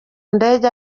ndege